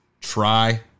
try